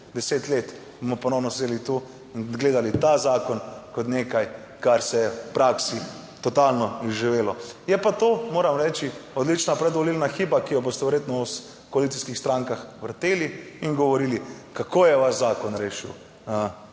10 let bomo ponovno sedeli tu in gledali ta zakon kot nekaj, kar se je v praksi totalno izživelo. Je pa, to moram reči, odlična predvolilna hiba, ki jo boste verjetno v koalicijskih strankah vrteli in govorili, kako je vaš zakon rešil,